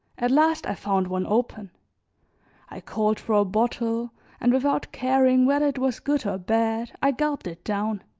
at last i found one open i called for a bottle and without caring whether it was good or bad i gulped it down